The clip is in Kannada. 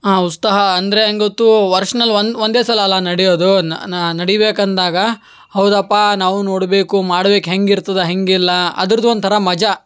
ಆ ಉತ್ಸಾಹ ಅಂದರೆ ಹೆಂಗ್ ಗೊತ್ತು ವರ್ಷ್ದಲ್ ಒಂದು ಒಂದೇ ಸಲ ಅಲ್ವ ನಡೆಯೋದು ನಡಿಬೇಕು ಅಂದಾಗ ಹೌದಪ್ಪ ನಾವೂ ನೋಡಬೇಕು ಮಾಡ್ಬೇಕು ಹೆಂಗಿರ್ತದೆ ಹೇಗಿಲ್ಲ ಅದರ್ದು ಒಂಥರ ಮಜಾ